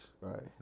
right